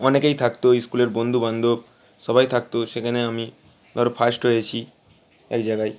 অনেকেই থাকতো স্কুলের বন্ধু বান্ধব সবাই থাকতো সেখানে আমি ধরো ফার্স্ট হয়েছি এক জায়গায়